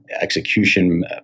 execution